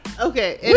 okay